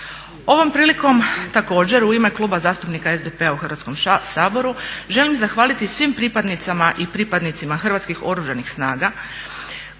Ovom prilikom također u ime Kluba zastupnika SDP-a u Hrvatskom saboru želim zahvaliti svim pripadnicima i pripadnicima Hrvatskih oružanih snaga koji